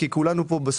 כי כולנו פה באותו צד,